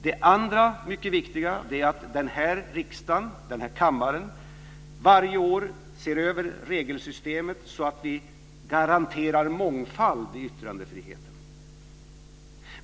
Det andra mycket viktiga är att den här riksdagen, den här kammaren, varje år ser över regelsystemet, så att vi garanterar mångfald i yttrandefriheten.